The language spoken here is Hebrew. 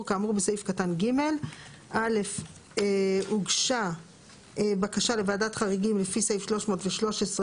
כאמור בסעיף קטן (ג); הוגשה בקשה לוועדת החריגים לפי סעיף 313א